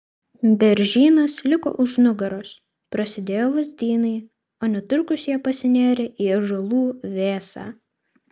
beržynas liko už nugaros prasidėjo lazdynai o netrukus jie pasinėrė į ąžuolų vėsą